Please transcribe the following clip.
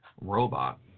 robot